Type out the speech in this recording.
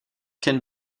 can